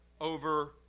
over